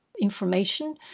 information